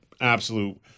absolute